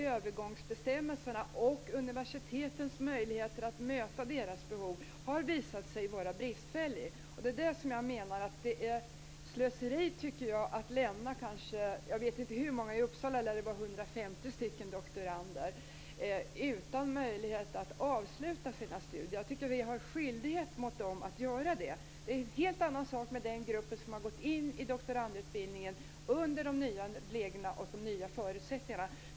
Övergångsbestämmelserna och universitetens möjligheter att möta deras behov har visat sig vara bristfälliga. Jag menar att det är slöseri att lämna doktorander - i Uppsala lär det vara 150 stycken - utan möjlighet att avsluta sina studier. Jag tycker att vi har en skyldighet mot dem att låta dem göra det. Det är en helt annan sak med den grupp som har gått in i doktorandutbildningen med de nya reglerna och under de nya förutsättningarna.